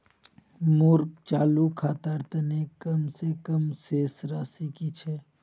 मोर चालू खातार तने कम से कम शेष राशि कि छे?